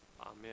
Amen